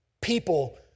people